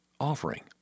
offering